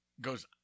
goes